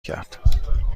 کرد